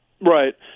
Right